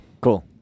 Cool